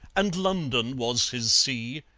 and london was his see,